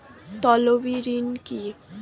তলবি ঋণ কি?